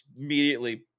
immediately